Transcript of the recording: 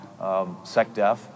SecDef